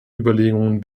überlegungen